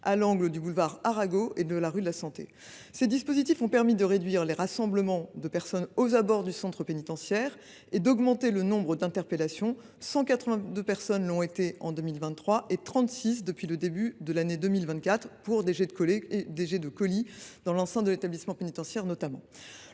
à l’angle du boulevard Arago et de la rue de la Santé. Ces dispositifs ont permis de réduire les rassemblements de personnes aux abords du centre pénitentiaire et d’augmenter le nombre d’interpellations : 182 personnes ont été interpellées en 2023, 36 depuis le début de l’année 2024, pour des jets de colis dans l’enceinte de l’établissement pénitentiaire.